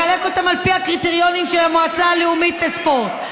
לחלק אותם על פי הקריטריונים של המועצה הלאומית לספורט.